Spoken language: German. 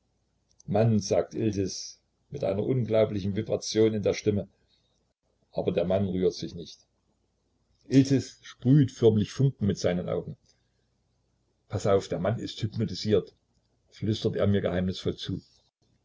mann sagt iltis mit einer unglaublichen vibration in der stimme aber der mann rührt sich nicht iltis sprüht förmlich funken mit seinen augen paß auf der mann ist hypnotisiert flüstert er mir geheimnisvoll zu